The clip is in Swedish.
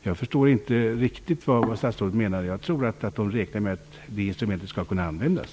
Jag förstår inte riktigt vad statsrådet menar. Jag tror att man räknar med att det instrumentet skall kunna användas.